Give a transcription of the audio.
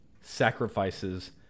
sacrifices